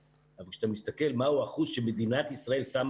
אבל כשאתה מסתכל מהו האחוז שמדינת ישראל שמה